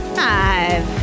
five